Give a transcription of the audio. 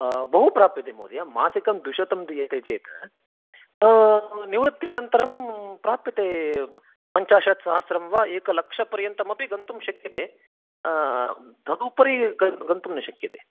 बहु प्राप्यते महोदय मासिकं द्विशतं दीयते चेत् निवृत्यनन्तरं प्राप्यते पञ्चाशत्सहस्रं वा एकलक्षपर्यन्तमपि गन्तुं शक्यते तदुपरि गन्तुं न शक्यते